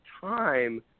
time